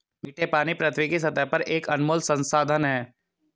मीठे पानी पृथ्वी की सतह पर एक अनमोल संसाधन है